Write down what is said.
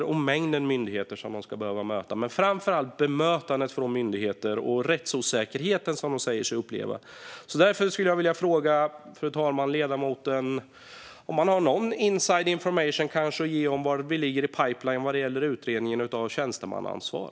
Det handlar om mängden myndigheter som de ska behöva möta, men framför allt gäller det bemötandet från myndigheter och den rättsosäkerhet som de säger sig uppleva. Därför skulle jag vilja fråga ledamoten om han har någon insiderinformation om var vi ligger i pipeline vad gäller utredningen av tjänstemannaansvar.